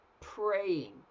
praying